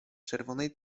czerwonej